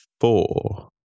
four